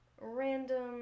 random